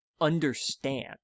understand